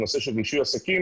בנושא של רישוי עסקים